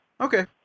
Okay